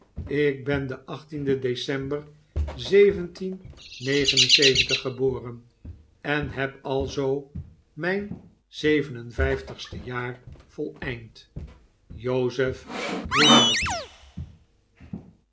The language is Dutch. ik ben de de december geboren en heb alzoo mijn zeven en vijftigste jaar voleind jozef